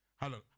Hello